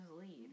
lead